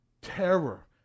Terror